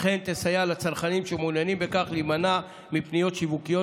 אכן תסייע לצרכנים שמעוניינים בכך להימנע מפניות שיווקיות,